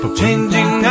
changing